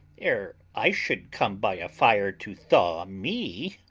ere i should come by a fire to thaw me.